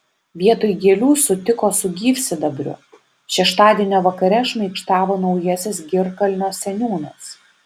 vietoj gėlių sutiko su gyvsidabriu šeštadienio vakare šmaikštavo naujasis girkalnio seniūnas